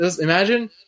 imagine